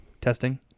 testing